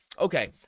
okay